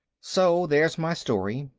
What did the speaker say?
so there's my story.